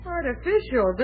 Artificial